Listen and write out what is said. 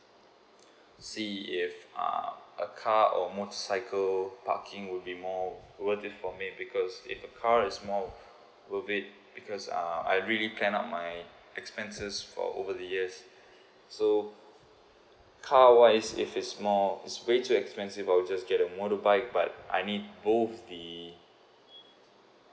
see if uh a car or motorcycle parking will be more worth it for me because if the car is more worth it because uh I really plan up my expenses for over the years so car wise if it's more is a very expensive voucher get a motorbike but I need both the